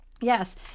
Yes